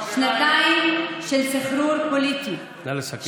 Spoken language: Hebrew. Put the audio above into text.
שנתיים של סחרור פוליטי, נא לסכם.